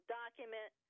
document